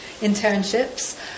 internships